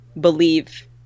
believe